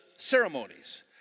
ceremonies